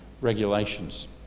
regulations